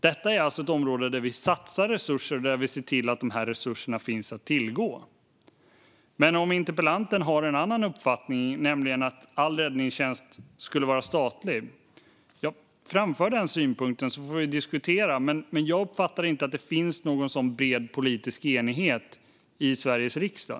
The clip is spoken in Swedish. Detta är alltså ett område där vi satsar resurser och där vi ser till att dessa resurser finns att tillgå. Om interpellanten har en annan uppfattning, nämligen att all räddningstjänst ska vara statlig, får han gärna framföra denna synpunkt så att vi får diskutera den. Men jag uppfattar inte att det finns någon sådan bred politisk enighet i Sveriges riksdag.